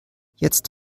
jetzt